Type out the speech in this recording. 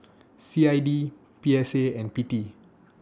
C I D P S A and P T